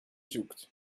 zoekt